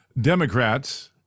Democrats